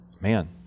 man